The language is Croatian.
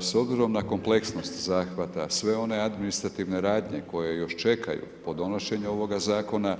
S obzirom na kompleksnost zahvata sve one administrativne radnje koje još čekaju po donošenju ovoga zakona,